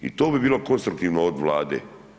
I to bi bilo konstruktivno od Vlade.